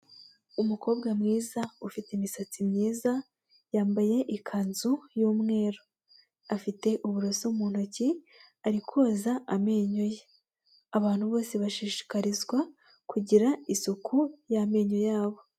Umukobwa mwiza ufite imisatsi myiza yambaye ikanzu y'umweru, afite uburoso mu ntoki ari koza amenyo ye, abantu bose bashishikarizwa kugira isuku y'amenyo yabo.